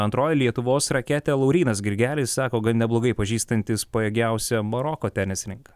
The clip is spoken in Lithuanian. antroji lietuvos raketė laurynas grigelis sako gan neblogai pažįstantis pajėgiausią maroko tenisininką